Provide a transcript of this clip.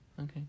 Okay